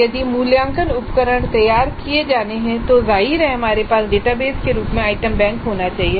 यदि मूल्यांकन उपकरण तैयार किए जाने हैं तो जाहिर है हमारे पास डेटाबेस के रूप में आइटम बैंक होना चाहिए